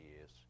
years